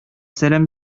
сәлам